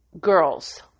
girls